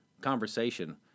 conversation